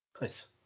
Nice